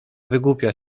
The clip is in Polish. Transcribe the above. wygłupia